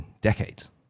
decades